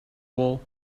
wool